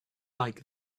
like